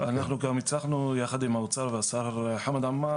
גם הצלחנו יחד עם האוצר ועם השר חמד עאמר